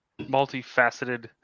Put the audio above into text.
multifaceted